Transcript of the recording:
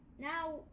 Now